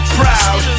proud